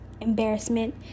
embarrassment